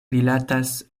rilatas